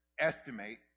estimate